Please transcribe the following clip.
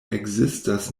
ekzistas